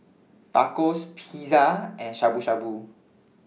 Tacos Pizza and Shabu Shabu